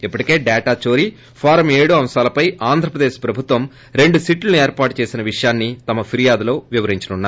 ఇప్పటికే డేటా చోరీ ఫారం ి అంశాలపై ఆంధ్రప్రదేశ్ ప్రభుత్వం రెండు సిట్లను ఏర్పాటు చేసిన విషయాన్ని తమ ఫిర్యాదులో వివరించనున్నారు